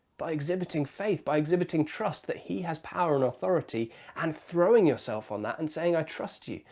by exhibiting faith, by exhibiting trust that he has power and authority and throwing yourself on that and saying, i trust you.